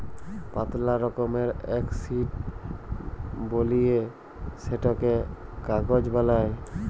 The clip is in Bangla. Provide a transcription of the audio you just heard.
পাতলা রকমের এক শিট বলিয়ে সেটকে কাগজ বালাই